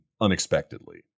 unexpectedly